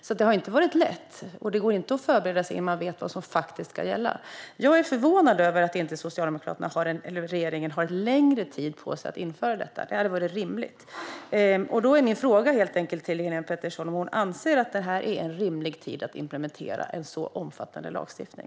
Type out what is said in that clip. Det har inte varit lätt, och det går inte att förbereda sig innan man vet vad som faktiskt ska gälla. Jag är förvånad över att regeringen inte har tagit längre tid på sig för att införa detta, vilket hade varit rimligt. Då är min fråga till Helén Pettersson om hon anser att det här är en rimlig tid för att implementera en så omfattande lagstiftning.